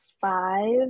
five